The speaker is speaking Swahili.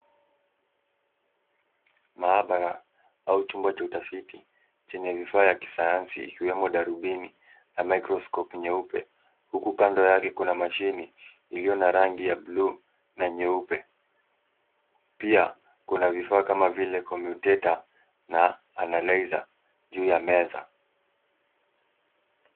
Maabara au chumba cha utafiti chenye vifaa ya kisayansi ikiwemo darubini na microscope nyeupe huku kando yake kuna mashini iliyo na rangi ya bluu na nyeupe. Pia kuna vifaa kama vile commutator na analyzer juu ya meza.